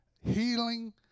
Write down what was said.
healing